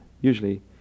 Usually